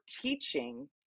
teaching